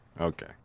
okay